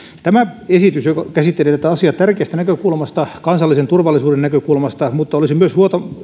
tämä esitys käsittelee tätä asiaa tärkeästä näkökulmasta kansallisen turvallisuuden näkökulmasta mutta olisi myös